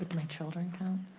my children count?